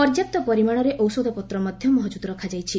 ପର୍ଯ୍ୟାପ୍ତ ପରିମାଣରେ ଔଷଧପତ୍ର ମଧ୍ୟ ମହକୁଦ୍ ରଖାଯାଇଛି